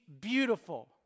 beautiful